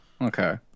okay